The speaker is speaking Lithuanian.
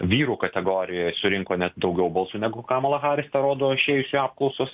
vyrų kategorijoje surinko net daugiau balsų negu kamala harris tą rodo išėjusios apklausos